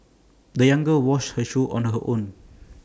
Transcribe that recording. the young girl washed her shoes on her own